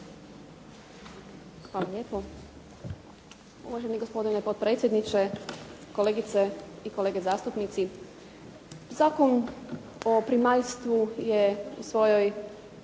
Hvala lijepo. Uvaženi gospodine potpredsjedniče, kolegice i kolege zastupnici. Zakon o primaljstvu je u svojoj